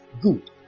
Good